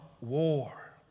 war